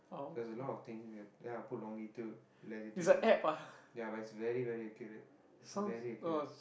so it's a lot of things and then I'll put longitude latitude all ya but it's very very accurate it's very accurate